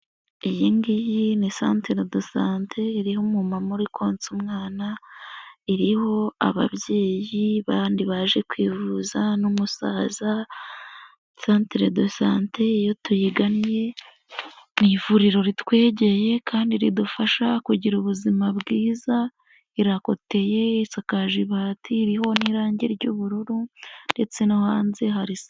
Iyi ngiyi ni santere do sante irima muri konsa umwana iriho ababyeyi bandi baje kwivuza n'umusaza, santere do sante iyo tuyigannye, ni ivuriro ritwegeye kandi ridufasha kugira ubuzima bwiza, irakoteye isakaje ibati iriho n'irangi ry'ubururu, ndetse no hanze hari.